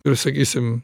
ir sakysim